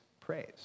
praise